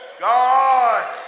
God